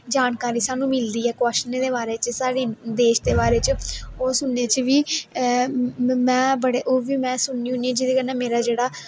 जानकारी स्हानू मिलदी ऐ कवाशनें दे बारे च साढ़ी देश दे बारे च ओह् सुनने च बी ओह् बी में सुननी होन्नी जेह्दे कन्नै मेरा जेह्ड़ा